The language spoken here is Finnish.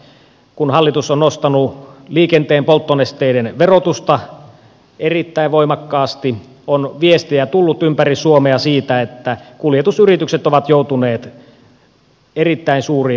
kun hallitus on nostanut liikenteen polttonesteiden verotusta erittäin voimakkaasti on viestiä tullut ympäri suomea siitä että kuljetusyritykset ovat joutuneet erittäin suuriin ongelmiin